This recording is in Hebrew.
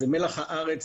זה מלח הארץ,